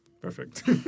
Perfect